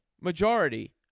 majority